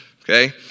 okay